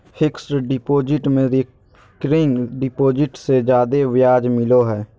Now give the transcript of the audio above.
fixed deposit में recurring deposit से जादे ब्याज मिलो हय